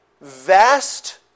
vast